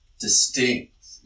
Distinct